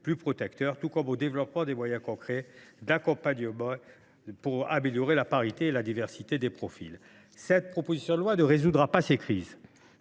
plus protecteur et du développement de moyens concrets d’accompagnement pour améliorer la parité et la diversité des profils. Cette proposition de loi ne résoudra pas ces crises.